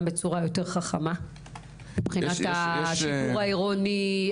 בצורה חכמה יותר מבחינת השיטור העירוני,